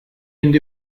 end